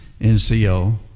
NCO